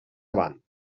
avant